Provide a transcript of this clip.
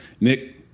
Nick